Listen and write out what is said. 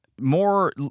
more